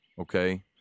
okay